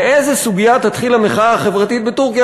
מאיזה סוגיה תתחיל המחאה החברתית בטורקיה,